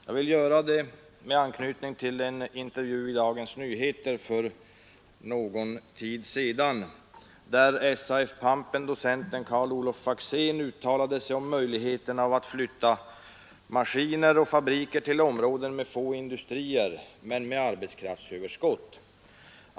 Jag vill göra det med anknytning till en intervju i Dagens Nyheter för någon tid sedan, där SAF-pampen docenten Karl-Olof Faxén uttalade sig om möjligheterna att flytta maskiner och fabriker till områden med få industrier men med arbetskraftsöverskott.